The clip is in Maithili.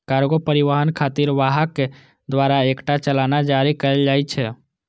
कार्गो परिवहन खातिर वाहक द्वारा एकटा चालान जारी कैल जाइ छै